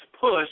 push